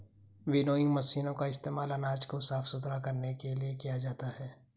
winnowing मशीनों का इस्तेमाल अनाज को साफ सुथरा करने के लिए किया जाता है